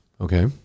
Okay